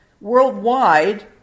Worldwide